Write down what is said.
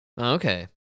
okay